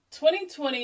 2020